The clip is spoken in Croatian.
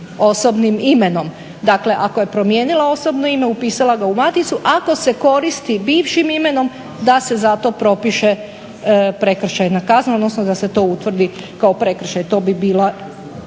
osobnim imenom. Dakle ako je promijenila osobno ime, upisala ga u maticu, ako se koristi bivšim imenom da se za to propiše prekršajna kazna, odnosno da se to utvrdi kao prekršaj. To bi bila